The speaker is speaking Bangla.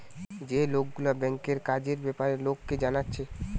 যে লোকগুলা ব্যাংকের কাজের বেপারে লোককে জানাচ্ছে